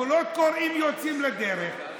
הקולות הקוראים יוצאים לדרך,